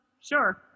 Sure